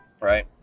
right